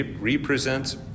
represents